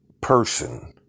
person